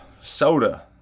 soda